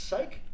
Sake